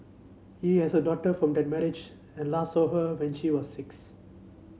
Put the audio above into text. he has a daughter from that marriage and last saw her when she was six